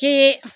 की